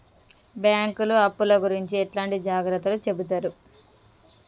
బ్యాంకులు అప్పుల గురించి ఎట్లాంటి జాగ్రత్తలు చెబుతరు?